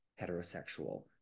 heterosexual